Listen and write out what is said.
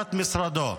עבודת משרדו.